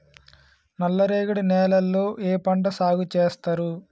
నల్లరేగడి నేలల్లో ఏ పంట సాగు చేస్తారు?